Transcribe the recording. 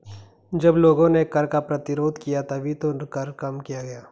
जब लोगों ने कर का प्रतिरोध किया तभी तो कर कम किया गया